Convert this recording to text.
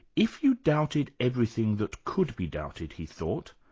if you doubted everything that could be doubted, he thought,